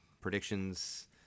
predictions